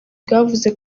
bwavuze